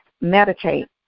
meditate